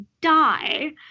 die